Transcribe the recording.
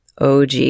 OG